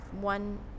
one